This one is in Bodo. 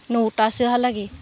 नौथासोहालागै